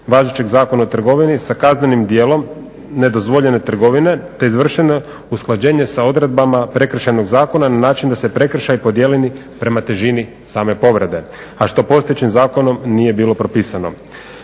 važećeg Zakona o trgovini sa kaznenim djelom nedozvoljene trgovine te je izvršeno usklađenje sa odredbama Prekršajnog zakona na način da se prekršaj podijeli prema težini same povrede, a što postojećim zakonom nije bilo propisano.